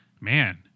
man